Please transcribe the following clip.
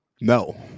No